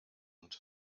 und